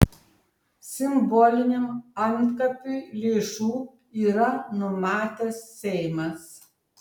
simboliniam antkapiui lėšų yra numatęs seimas